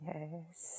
Yes